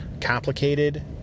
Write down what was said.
complicated